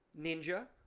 Ninja